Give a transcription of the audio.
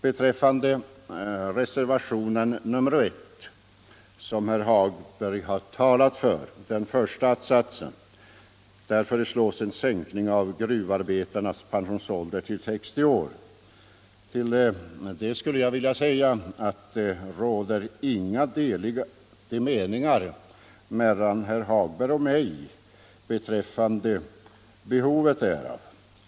I reservationen 1, som herr Hagberg i Borlänge har talat för, föreslås i den första att-satsen en sänkning av gruvarbetarnas pensionsålder till 60 år. Till det skulle jag vilja säga att herr Hagberg och jag har inga delade meningar beträffande behovet därav.